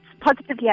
positively